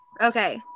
Okay